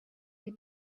you